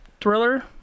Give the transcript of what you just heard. thriller